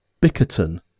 Bickerton